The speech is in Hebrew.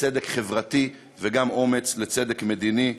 לצדק חברתי וגם אומץ לצדק מדיני,